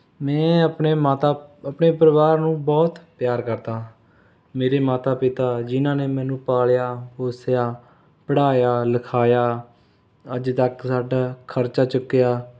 ਮੈਂ ਆਪਣੇ ਮਾਤਾ ਆਪਣੇ ਪਰਿਵਾਰ ਨੂੰ ਬਹੁਤ ਪਿਆਰ ਕਰਦਾ ਹਾਂ ਮੇਰੇ ਮਾਤਾ ਪਿਤਾ ਜਿਨ੍ਹਾਂ ਨੇ ਮੈਨੂੰ ਪਾਲ਼ਿਆ ਪੋਸ਼ਿਆ ਪੜ੍ਹਾਇਆ ਲਿਖਾਇਆ ਅੱਜ ਤੱਕ ਸਾਡਾ ਖਰਚਾ ਚੁੱਕਿਆ